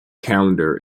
calendar